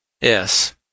Yes